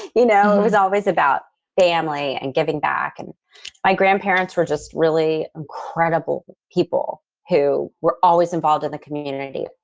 you know, it was always about family and giving back. and my grandparents were just really incredible people who were always involved in the community,